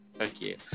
Okay